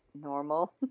normal